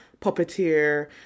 puppeteer